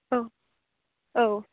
औ औ